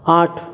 आठ